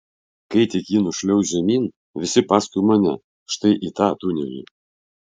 kai tik ji nušliauš žemyn visi paskui mane štai į tą tunelį